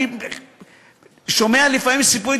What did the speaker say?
אני שומע לפעמים סיפורים,